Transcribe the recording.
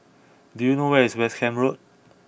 do you know where is West Camp Road